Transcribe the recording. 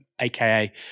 aka